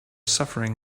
suffering